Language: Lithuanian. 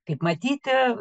kaip matyti